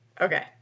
Okay